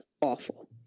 awful